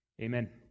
amen